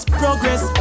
progress